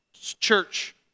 church